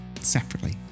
separately